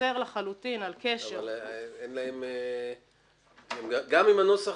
שאוסר לחלוטין על קשר --- גם עם הנוסח